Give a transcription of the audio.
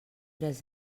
tres